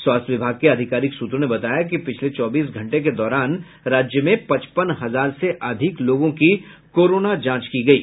स्वास्थ्य विभाग के आधिकारिक सूत्रों ने बताया कि पिछले चौबीस घंटे के दौरान राज्य में पचपन हजार से अधिक लोगों की कोरोना जांच की गयी